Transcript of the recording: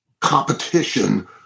competition